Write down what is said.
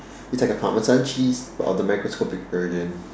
it's like a parmesan cheese but on the microscopic version